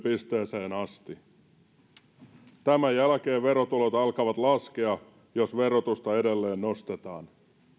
pisteeseen asti sen jälkeen verotulot alkavat laskea jos verotusta edelleen nostetaan